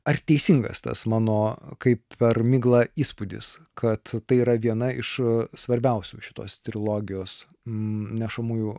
ar teisingas tas mano kaip per miglą įspūdis kad tai yra viena iš svarbiausių šitos trilogijos nešamųjų